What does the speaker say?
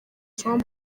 jean